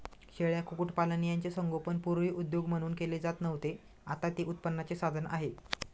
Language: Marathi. शेळ्या, कुक्कुटपालन यांचे संगोपन पूर्वी उद्योग म्हणून केले जात नव्हते, आता ते उत्पन्नाचे साधन आहे